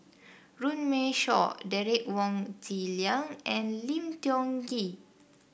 Runme Shaw Derek Wong Zi Liang and Lim Tiong Ghee